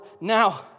Now